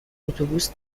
اتوبوس